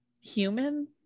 human